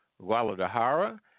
Guadalajara